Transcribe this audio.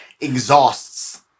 exhausts